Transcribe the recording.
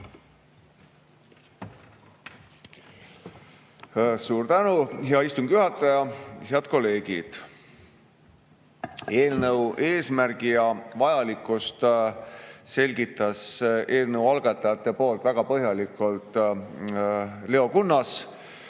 Suur tänu, hea istungi juhataja! Head kolleegid! Eelnõu eesmärki ja vajalikkust selgitas eelnõu algatajate poolt väga põhjalikult Leo Kunnas